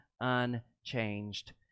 unchanged